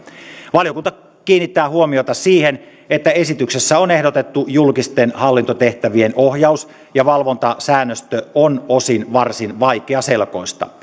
valiokunta kiinnittää huomiota siihen että esityksessä ehdotettu julkisten hallintotehtävien ohjaus ja valvontasäännöstö on osin varsin vaikeaselkoista